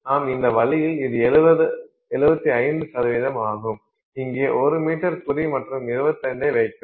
நாம் இந்த வழியில் இது 75 ஆகும் இங்கே 1 மீட்டர் குறி மற்றும் 25 ஐ வைக்கிறோம்